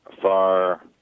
far